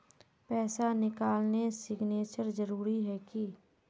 पैसा निकालने सिग्नेचर जरुरी है की?